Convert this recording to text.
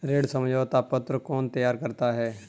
ऋण समझौता पत्र कौन तैयार करता है?